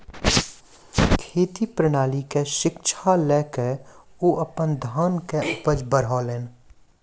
खेती प्रणाली के शिक्षा लय के ओ अपन धान के उपज बढ़ौलैन